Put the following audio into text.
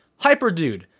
Hyperdude